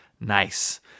nice